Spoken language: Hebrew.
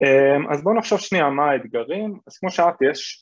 אז בוא נחשוב שנייה מה האתגרים אז כמו שאמרתי יש